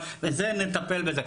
אבל נטפל בזה.